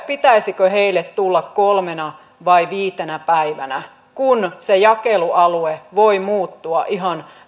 pitäisikö heille tulla kolmena vai viitenä päivänä kun se jakelualue voi muuttua ihan